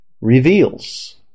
Reveals